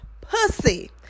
pussy